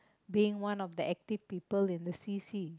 being one of the active people in the C_C